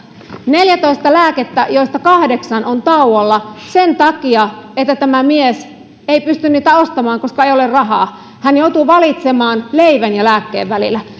neljätoista lääkettä joista kahdeksan on tauolla sen takia että tämä mies ei pysty niitä ostamaan koska ei ole rahaa hän joutuu valitsemaan leivän ja lääkkeen välillä